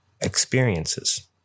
Experiences